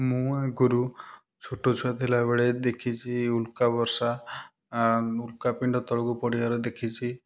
ମୁଁ ଆଗରୁ ଛୋଟ ଛୁଆ ଥିଲାବେଳେ ଦେଖିଛି ଉଲ୍କା ବର୍ଷା ଉଲକା ପିଣ୍ଡ ତଳକୁ ପଡ଼ିବାର ଦେଖିଛି